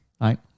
right